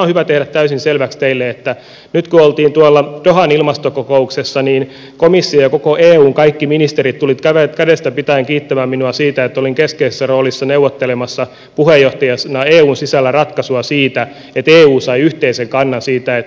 on hyvä tehdä täysin selväksi teille että nyt kun oltiin tuolla dohan ilmastokokouksessa niin komissio ja koko eun kaikki ministerit tulivat kädestä pitäen kiittämään minua siitä että olin keskeisessä roolissa neuvottelemassa puheenjohtajana eun sisällä ratkaisua siitä että eu sai yhteisen kannan siitä